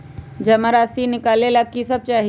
जमा राशि नकालेला कि सब चाहि?